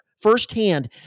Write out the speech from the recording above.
firsthand